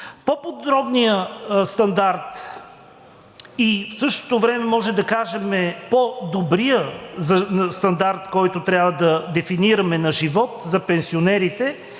По-подробният стандарт и в същото време можем да кажем по-добрият стандарт, който трябва да дефинираме, на живот за пенсионерите